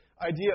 idea